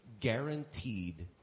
guaranteed